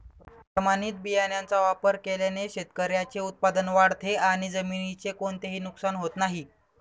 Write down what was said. प्रमाणित बियाण्यांचा वापर केल्याने शेतकऱ्याचे उत्पादन वाढते आणि जमिनीचे कोणतेही नुकसान होत नाही